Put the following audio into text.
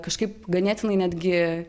kažkaip ganėtinai netgi